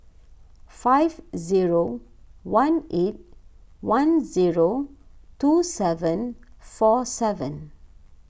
five zero one eight one zero two seven four seven